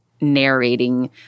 narrating